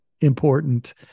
important